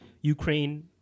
Ukraine